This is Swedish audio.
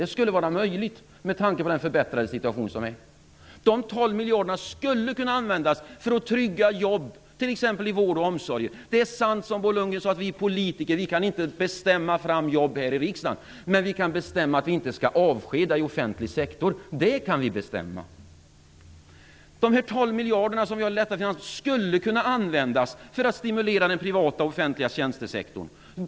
Det skulle vara möjligt med tanke på den förbättrade situationen. De 12 miljarderna skulle kunna användas för att trygga jobb, t.ex. i vård och omsorg. Det är sant som Bo Lundgren sade att vi politiker inte kan bestämma fram jobb här i riksdagen. Men vi kan bestämma att vi inte skall avskeda i offentlig sektor. Det kan vi bestämma. De 12 miljarder som vi har lättat finanspolitiken med skulle kunna användas för att stimulera den privata och offentliga tjänstesektorn.